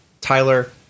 Tyler